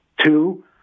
Two